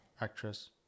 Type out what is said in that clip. Actress